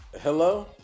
Hello